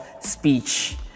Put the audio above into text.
speech